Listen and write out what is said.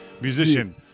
musician